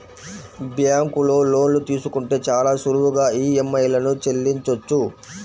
బ్యేంకులో లోన్లు తీసుకుంటే చాలా సులువుగా ఈఎంఐలను చెల్లించొచ్చు